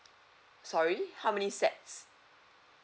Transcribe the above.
sorry how many sets